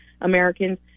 Americans—